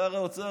שר האוצר,